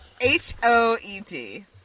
H-O-E-D